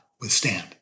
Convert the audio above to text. Withstand